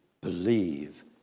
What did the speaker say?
Believe